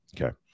Okay